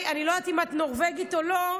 אני לא יודעת אם את נורבגית או לא,